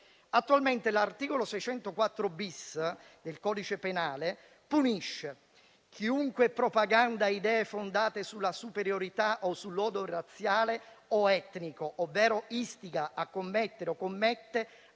attualmente l'articolo 604-*bis* del codice penale punisce «chi propaganda idee fondate sulla superiorità o sull'odio razziale o etnico, ovvero istiga a commettere o commette